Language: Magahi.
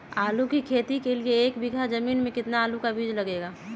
आलू की खेती के लिए एक बीघा जमीन में कितना आलू का बीज लगेगा?